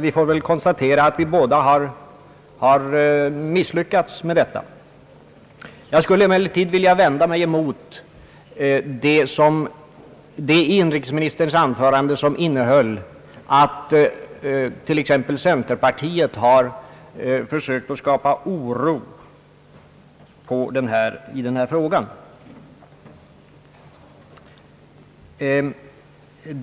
Vi får väl konstatera att vi båda har misslyckats därvidlag. Jag skulle emellertid vilja vända mig emot den del av inrikesministerns anförande som innehöll att t.ex. center partiet har försökt att skapa oro i denna fråga.